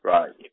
Right